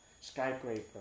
skyscraper